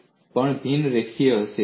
તે પણ બિન રેખીય હશે